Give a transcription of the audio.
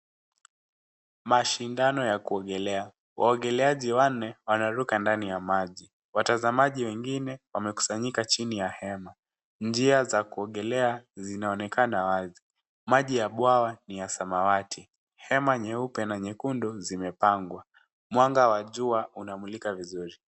Mashindano ya kuogelea. Waogeleaji wanne wanaruka ndani ya maji. Watazamaji wengine wamekusanyika chini ya hema. Njia za kuogelea zinaonekana wazi. Maji ya bwawa ni ya samawati. Hema nyeupe na nyekundu zimepangwa. Mwanga wa jua unamulika vizuri.